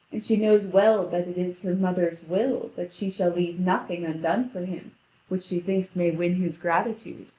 and she knows well that it is her mother's will that she shall leave nothing undone for him which she thinks may win his gratitude.